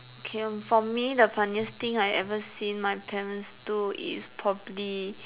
okay for me the funniest thing I ever seen my parents do is probably